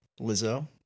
Lizzo